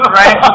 right